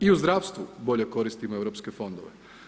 I u zdravstvu bolje koristimo europske fondove.